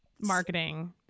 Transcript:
marketing